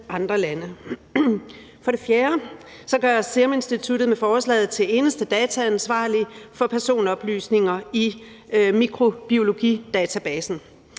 For det fjerde gøres Seruminstituttet med forslaget til eneste dataansvarlige for personoplysninger i mikrobiologidatabasen.